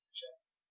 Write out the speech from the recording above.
checks